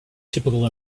typical